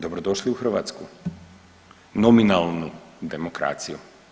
Dobrodošli u Hrvatsku nominalnu demokraciju.